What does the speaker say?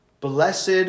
Blessed